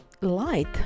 light